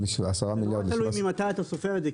זה נורא תלוי ממתי אתה סופר את זה,